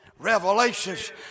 Revelations